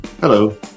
Hello